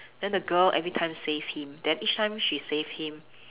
then the girl every time save him then each time she save him